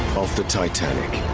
of the titanic.